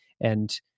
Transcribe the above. and-